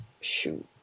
Shoot